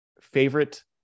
favorite